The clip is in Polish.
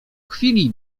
chwili